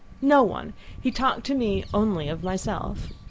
no one he talked to me only of myself.